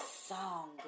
song